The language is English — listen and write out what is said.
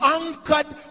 anchored